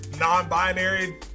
Non-binary